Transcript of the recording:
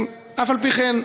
אף-על-פי-כן,